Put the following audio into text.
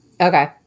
Okay